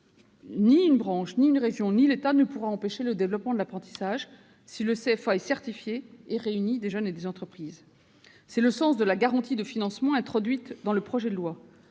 Ni une branche, ni une région, ni l'État ne pourront empêcher le développement de l'apprentissage si le CFA est certifié et réunit des jeunes et des entreprises. C'est le sens de la garantie de financement introduite dans le projet de loi